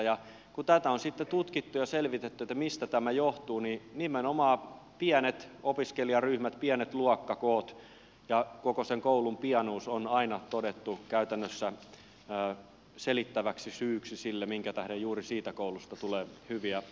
kun tätä on sitten tutkittu ja selvitetty mistä tämä johtuu niin nimenomaan pienet opiskelijaryhmät pienet luokkakoot ja koko sen koulun pienuus on aina todettu käytännössä selittäväksi syyksi sille minkä tähden juuri siitä koulusta tulee hyviä oppimistuloksia